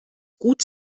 gut